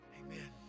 Amen